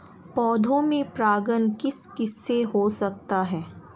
पौधों में परागण किस किससे हो सकता है?